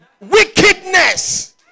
Wickedness